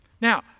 Now